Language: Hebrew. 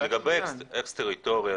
לגבי אקס טריטוריה,